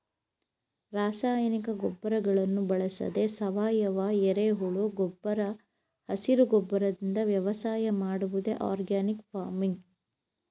ರಾಸಾಯನಿಕ ಗೊಬ್ಬರಗಳನ್ನು ಬಳಸದೆ ಸಾವಯವ, ಎರೆಹುಳು ಗೊಬ್ಬರ ಹಸಿರು ಗೊಬ್ಬರದಿಂದ ವ್ಯವಸಾಯ ಮಾಡುವುದೇ ಆರ್ಗ್ಯಾನಿಕ್ ಫಾರ್ಮಿಂಗ್